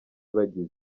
bagize